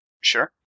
Sure